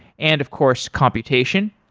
and of course computation.